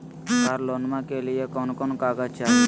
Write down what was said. कार लोनमा के लिय कौन कौन कागज चाही?